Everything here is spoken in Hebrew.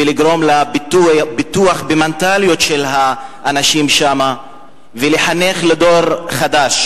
ולגרום לפיתוח במנטליות של האנשים שם ולחנך לדור חדש.